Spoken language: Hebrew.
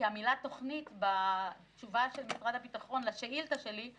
כי המילה תוכנית בתשובה של משרד הביטחון לשאילתה שלי,